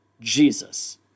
Jesus